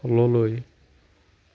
তললৈ